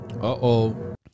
uh-oh